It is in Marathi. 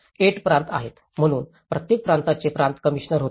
8 प्रांत आहेत म्हणून प्रत्येक प्रांताचे प्रांत कमिशनर होते